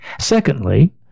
Secondly